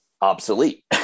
obsolete